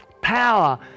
power